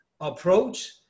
approach